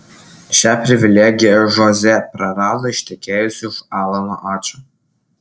šią privilegiją žozė prarado ištekėjusi už alano ačo